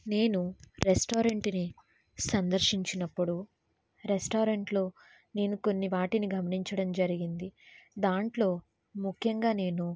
నేను రెస్టారెంట్ని సందర్శించినప్పుడు రెస్టారెంట్లో నేను కొన్ని వాటిని గమనించడం జరిగింది దాంట్లో ముఖ్యంగా నేను